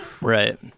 Right